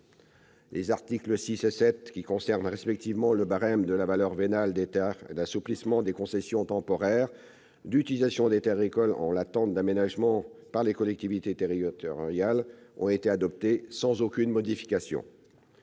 Les articles 6 et 7, qui concernent respectivement le barème de la valeur vénale des terres et l'assouplissement des concessions temporaires d'utilisation de terres agricoles en l'attente d'aménagements par les collectivités territoriales, ont été adoptés sans modification.